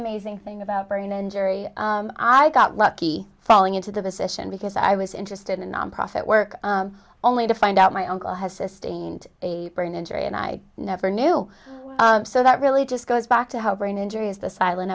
amazing thing about brain injury i got lucky falling into the position because i was interested in nonprofit work only to find out my uncle has sustained a brain injury and i never knew so that really just goes back to how brain injury is the silent